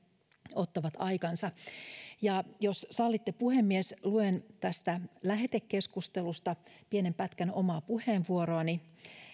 ottavat aikansa ja jos sallitte puhemies luen tästä lähetekeskustelusta pienen pätkän omaa puheenvuoroani